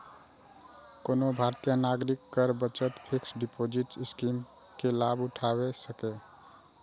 कोनो भारतीय नागरिक कर बचत फिक्स्ड डिपोजिट स्कीम के लाभ उठा सकैए